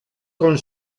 con